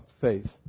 faith